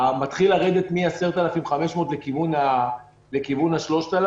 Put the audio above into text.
הוא מתחיל לרדת מ-10,500 לכיוון ה-3,000.